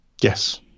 Yes